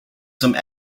some